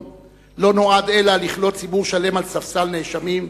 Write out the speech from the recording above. לא נועד אלא לכלוא ציבור שלם על ספסל הנאשמים,